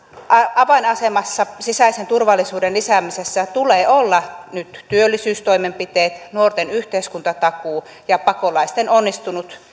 avainasemassa sisäisen turvallisuuden lisäämisessä tulee olla nyt työllisyystoimenpiteiden nuorten yhteiskuntatakuun ja pakolaisten onnistuneen